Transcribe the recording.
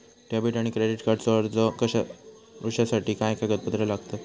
Debit आणि credit कार्डचो अर्ज करुच्यासाठी काय कागदपत्र लागतत?